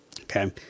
Okay